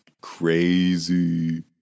Crazy